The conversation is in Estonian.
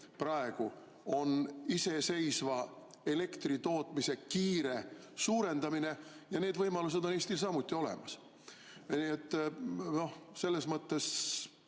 praegu on iseseisva elektritootmise kiire suurendamine, ja need võimalused on Eestil samuti olemas. Nii et selles mõttes